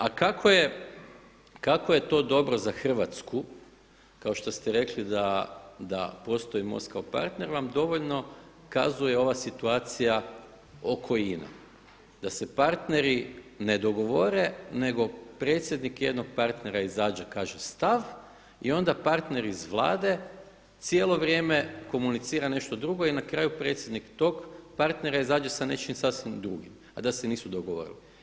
A kako je to dobro za Hrvatsku kao što ste rekli da postoji Most kao partner vam dovoljno kazuje ova situacija oko INA-e da se partneri ne dogovore, nego predsjednik jednog partnera izađe i kaže stav i onda partner iz Vlade cijelo vrijeme komunicira nešto drugo i na kraju predsjednik tog partnera izađe sa nečim sasvim drugim, a da se nisu dogovorili.